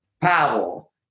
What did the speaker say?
Pavel